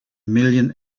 million